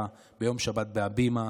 19:00 ביום שבת בהבימה.